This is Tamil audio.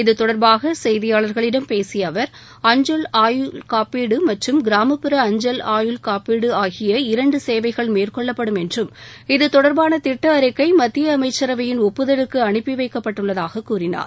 இத்தொடர்பாக செய்தியாளர்களிடம் பேசிய அவர் அஞ்சல் ஆயுள் காப்பீடு மற்றும் கிராமப்புற அஞ்சல் ஆயுள் காப்பீடு ஆகிய இரண்டு சேவைகள் மேற்கொள்ளப்படும் என்றும் இது தொடர்பான திட்ட அறிக்கை மத்திய அமைச்சரவையின் ஒப்புதலுக்கு அனுப்பி வைக்கப்பட்டுள்ளதாக கூறினார்